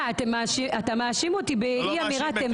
מה, אתה מאשים אותי באי אמירת אמת?